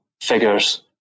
figures